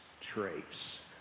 trace